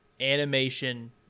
animation